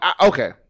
okay